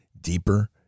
deeper